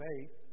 faith